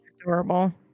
adorable